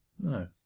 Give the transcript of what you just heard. No